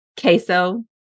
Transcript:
Queso